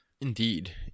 Indeed